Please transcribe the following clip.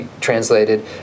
translated